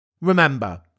Remember